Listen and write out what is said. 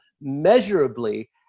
measurably